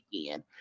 again